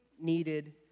needed